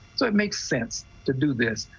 so it makes sense to do this.